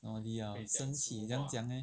orh D_L 神奇怎样讲 leh